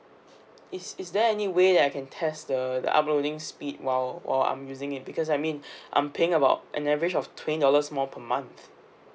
is is there any way I can test the the uploading speed while while I'm using it because I mean I'm paying about an average of twenty dollars more per month